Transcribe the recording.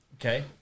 Okay